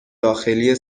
داخلی